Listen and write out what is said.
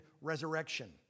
resurrection